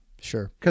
Sure